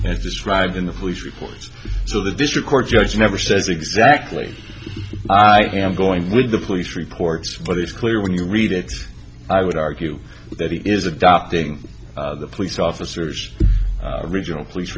as described in the police reports so the district court judge never says exactly i am going with the police reports for this clear when you read it i would argue that he is adopting the police officers the regional police